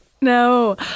No